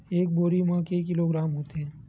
एक बोरी म के किलोग्राम होथे?